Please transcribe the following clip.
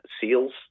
seals